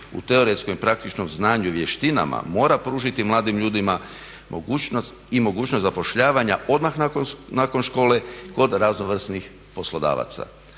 u teoretskom i praktičnom znanju i vještinama mora pružiti mladim ljudima i mogućnost zapošljavanja odmah nakon škole kod raznovrsnih poslodavaca.